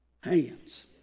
hands